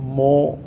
more